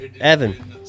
Evan